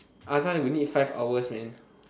I find it we need five hours man